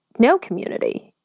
no community.